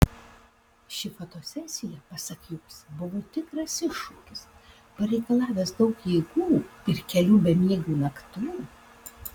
ši fotosesija pasak jos buvo tikras iššūkis pareikalavęs daug jėgų ir kelių bemiegių naktų